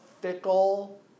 fickle